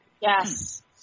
Yes